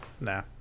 nah